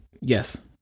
Yes